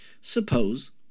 Suppose